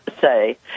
say